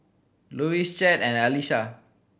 Lois Chet and Alisha